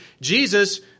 Jesus